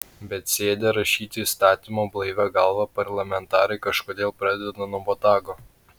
bet sėdę rašyti įstatymo blaivia galva parlamentarai kažkodėl pradeda nuo botago